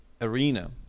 arena